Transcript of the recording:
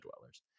dwellers